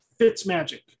Fitzmagic